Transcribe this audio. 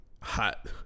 hot